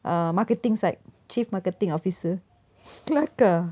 uh marketing side chief marketing officer kelakar